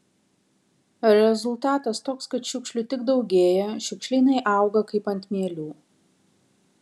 rezultatas toks kad šiukšlių tik daugėja šiukšlynai auga kaip ant mielių